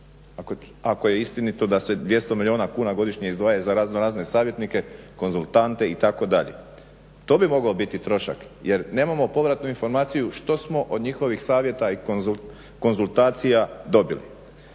Ako je istinito da se 200 milijuna kuna godišnje izdvaja za raznorazne savjetnike, konzultante itd. To bi mogao biti trošak jer nemamo povratnu informaciju što smo od njihovih savjeta i konzultacija dobili.